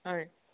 हय